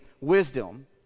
wisdom